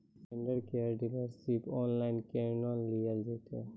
Vendor केर dealership online केहनो लियल जेतै?